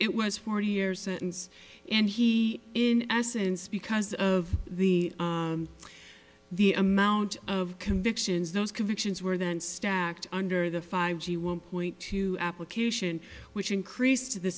it was forty years and he in essence because of the the amount of convictions those convictions were then stacked under the five he won't point to application which increased the